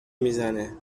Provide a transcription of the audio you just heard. میزنه